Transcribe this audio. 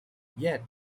yet